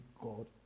God